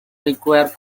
require